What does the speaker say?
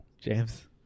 James